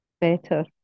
better